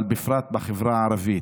אבל בפרט בחברה הערבית